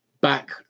back